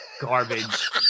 garbage